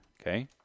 okay